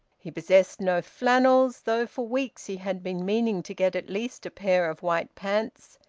he possessed no flannels, though for weeks he had been meaning to get at least a pair of white pants.